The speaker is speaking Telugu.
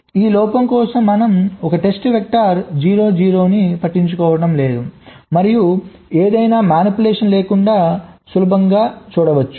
ఈ లోపం కోసం మనము ఒక టెస్ట్ వెక్టర్ 0 0 0 ను పట్టించుకోలేదు మరియు ఏదైనా మానిప్యులేషన్ లేకుండా సులభంగా చూడవచ్చు